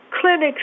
clinics